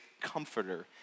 comforter